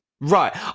Right